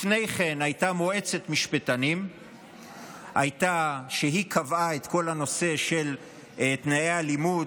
לפני כן הייתה מועצת משפטנים שקבעה את כל הנושא של תנאי הלימוד,